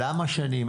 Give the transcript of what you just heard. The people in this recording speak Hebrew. למה שנים,